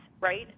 right